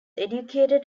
educated